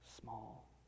small